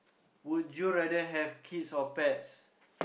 would you rather have kids or pets